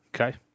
Okay